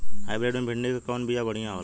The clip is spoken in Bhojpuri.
हाइब्रिड मे भिंडी क कवन बिया बढ़ियां होला?